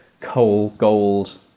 coal-gold